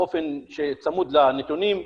באופן שצמוד לנתונים,